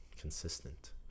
consistent